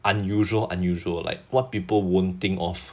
unusual unusual like what people won't think of